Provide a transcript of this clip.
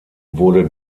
wurde